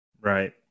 Right